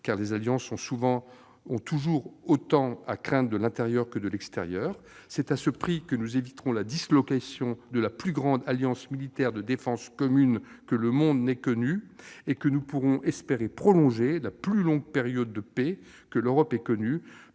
car les alliances ont toujours autant à craindre de l'intérieur que de l'extérieur. C'est à ce prix que nous éviterons la dislocation de la plus grande alliance militaire de défense commune que le monde ait jamais connue et que nous pourrons espérer prolonger la plus longue période de paix que l'Europe ait vécue,